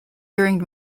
during